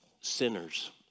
sinners